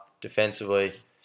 defensively